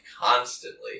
constantly